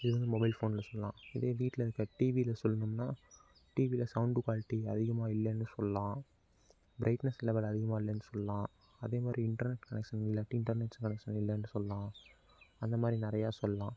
இது வந்து மொபைல் ஃபோன்ல சொல்லலாம் இதே வீட்டில இருக்கிற டிவியில சொல்லணும்னா டிவியில சவுண்டு குவாலிட்டி அதிகமாக இல்லைன்னு சொல்லலாம் ப்ரைட்னஸ் லெவல் அதிகமாக இல்லைன்னு சொல்லலாம் அதே மாதிரி இன்டர்நெட் கனெக்ஷன் இல்லாட்டி இன்டர்நெட் கனெக்ஷன் இல்லைனு சொல்லலாம் அந்த மாதிரி நிறையா சொல்லலாம்